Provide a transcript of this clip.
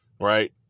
Right